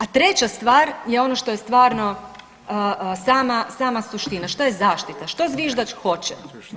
A treća stvar je ono što je stvarno sama, sama suština, šta je zaštita, što zviždač hoće?